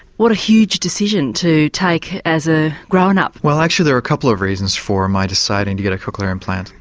what a huge decision to take as a grown-up. well actually there are a couple of reasons for my deciding to get a cochlear implant.